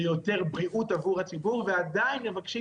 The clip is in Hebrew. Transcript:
ליותר בריאות עבור הציבור ועדיין מבקשים